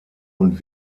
und